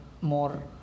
more